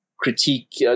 critique